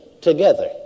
together